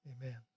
Amen